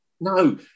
No